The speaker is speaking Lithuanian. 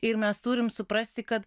ir mes turim suprasti kad